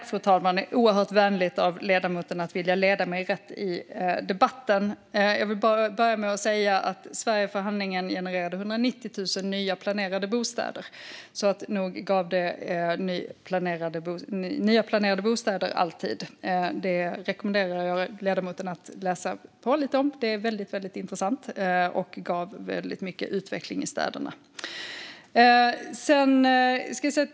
Fru talman! Det är oerhört vänligt av ledamoten att vilja leda mig rätt i debatten. Jag vill bara börja med att säga att Sverigeförhandlingen genererade 190 000 nya planerade bostäder, så nog gav den nya planerade bostäder alltid. Det rekommenderar jag ledamoten att läsa på lite om; det är väldigt intressant, och det här gav mycket utveckling i städerna.